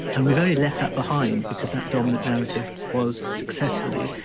and we've only left that behind because that dominant narrative was successfully